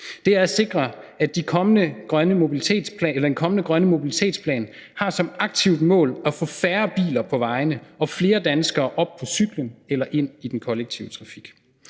Det er at sikre, at den kommende grønne mobilitetsplan som aktivt mål har at få færre biler på vejene og flere danskere op på cyklen eller ind i den kollektive trafik,